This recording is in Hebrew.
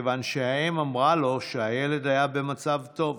כיוון שהאם אמרה לו שהילד היה במצב טוב